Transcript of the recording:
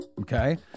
okay